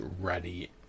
ready